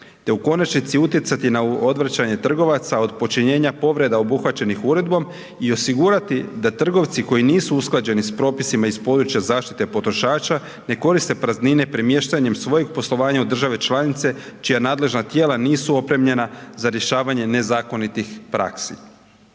te u konačnici utjecati na odvraćanje trgovaca od počinjenja povreda obuhvaćenih uredbom i osigurati da trgovci koji nisu usklađeni s propisima iz područja zaštite potrošača ne koriste praznine premještanjem svojih poslovanja u države članice čija nadležna tijela nisu opremljena za rješavanje nezakonitih praksi.